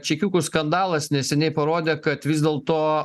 čekiukų skandalas neseniai parodė kad vis dėlto